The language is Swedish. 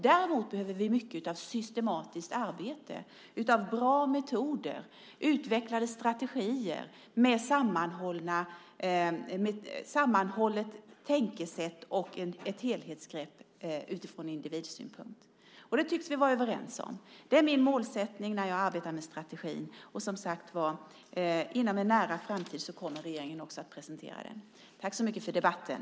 Däremot behöver vi mycket av systematiskt arbete, bra metoder, utvecklade strategier med sammanhållet tänkesätt och ett helhetsgrepp utifrån individsynpunkt. Det tycks vi vara överens om. Det är min målsättning när jag arbetar med strategin. Inom en nära framtid kommer regeringen också att presentera den. Tack så mycket för debatten!